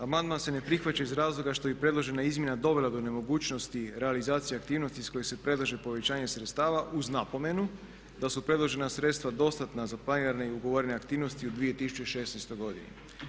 Amandman se ne prihvaća iz razloga što bi predložena izmjena dovela do nemogućnosti realizacije aktivnosti iz kojih se predlaže povećanje sredstava uz napomenu da su predložena sredstva dostatna za planiranje i ugovorene aktivnosti u 2016. godini.